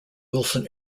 wilson